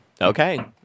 Okay